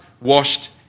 washed